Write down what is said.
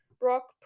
Brock